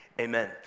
amen